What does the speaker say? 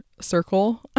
circle